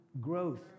growth